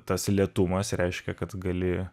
tas lėtumas reiškia kad gali